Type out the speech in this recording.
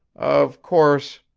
of course,